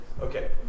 Okay